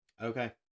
Okay